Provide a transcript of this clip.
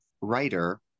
writer